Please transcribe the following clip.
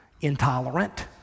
intolerant